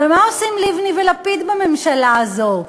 ומה עושים לבני ולפיד בממשלה הזאת?